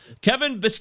Kevin